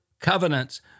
covenants